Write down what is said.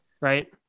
right